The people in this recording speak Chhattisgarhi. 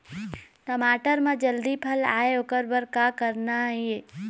टमाटर म जल्दी फल आय ओकर बर का करना ये?